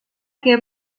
que